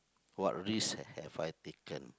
what risk have have I taken